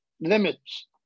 limits